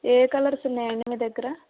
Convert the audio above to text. ఏ ఏ కలర్స్ ఉన్నాయండి మీ దగ్గర